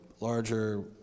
larger